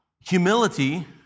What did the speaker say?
Humility